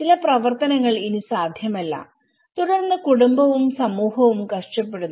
ചില പ്രവർത്തനങ്ങൾ ഇനി സാധ്യമല്ല തുടർന്ന് കുടുംബവും സമൂഹവും കഷ്ടപ്പെടുന്നു